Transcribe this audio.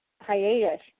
hiatus